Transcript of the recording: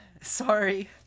Sorry